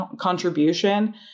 contribution